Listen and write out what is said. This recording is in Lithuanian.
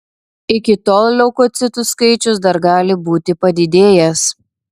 iki tol leukocitų skaičius dar gali būti padidėjęs